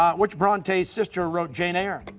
um which bronte sister wrote jane eyre?